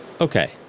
Okay